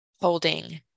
holding